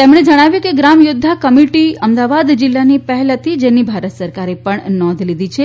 તેઓએ જણાવ્યું કે ગ્રામયોદ્વા કમિટી અમદાવાદ જિલ્લાની પહેલ હતી જેની ભારત સરકારે પણ નોંધ લીધી છે